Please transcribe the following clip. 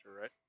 right